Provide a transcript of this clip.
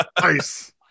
Nice